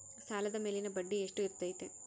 ಸಾಲದ ಮೇಲಿನ ಬಡ್ಡಿ ಎಷ್ಟು ಇರ್ತೈತೆ?